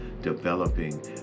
developing